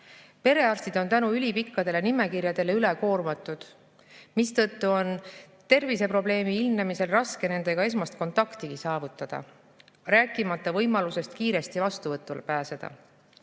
Perearstid on tänu ülipikkadele nimekirjadele üle koormatud, mistõttu on terviseprobleemi ilmnemisel raske nendega esmast kontaktigi saavutada, rääkimata võimalusest kiiresti vastuvõtule pääseda.